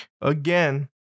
Again